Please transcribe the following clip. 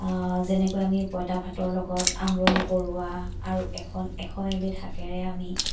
যেনেকৈ আমি পঁইতা ভাতৰ লগত আমৰলি পৰুৱা আৰু এখন এশ এবিধ শাকেৰে আমি